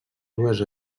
dues